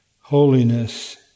holiness